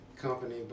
Company